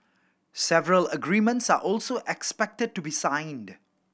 several agreements are also expected to be signed